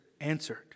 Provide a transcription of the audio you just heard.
answered